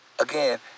again